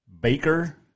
Baker